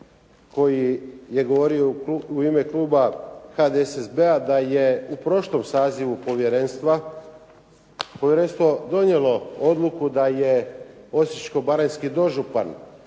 koji je govorio u ime kluba HDSSB-a da je u prošlom sazivu povjerenstva povjerenstvo donijelo odluku da je osječko-baranjski dožupan